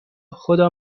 خدا